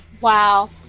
Wow